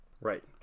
Right